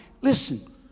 Listen